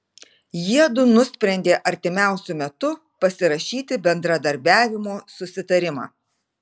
jiedu nusprendė artimiausiu metu pasirašyti bendradarbiavimo susitarimą